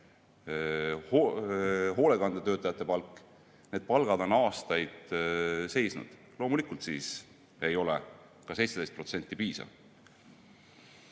hoolekandetöötajate palk – need palgad on aastaid seisnud. Loomulikult ei ole siis